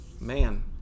Man